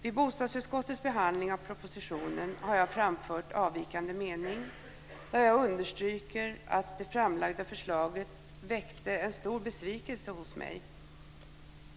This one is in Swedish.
Vid bostadsutskottets behandling av propositionen har jag framfört avvikande mening där jag understryker att det framlagda förslaget väckte en stor besvikelse hos mig.